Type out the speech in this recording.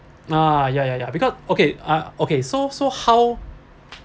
ah ya ya ya because okay uh okay so so how